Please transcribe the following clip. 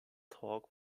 talk